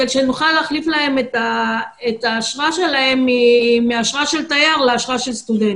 שנוכל להחליף להם את האשרה שלהם מאשרה של תייר לאשרה של סטודנט.